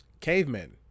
Cavemen